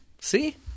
See